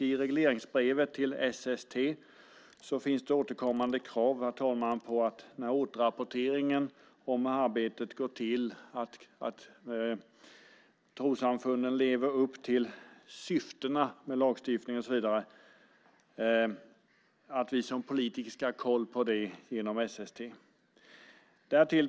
I regleringsbrevet till SST finns återkommande krav på återrapporteringen om hur arbetet går till. Trossamfunden ska leva upp till syftena med lagstiftningen och så vidare, och vi som politiker ska ha koll på det genom SST.